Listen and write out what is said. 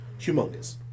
humongous